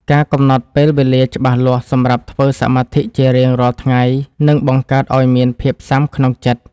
ការកំណត់ពេលវេលាច្បាស់លាស់សម្រាប់ធ្វើសមាធិជារៀងរាល់ថ្ងៃនឹងបង្កើតឱ្យមានភាពស៊ាំក្នុងចិត្ត។